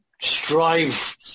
strive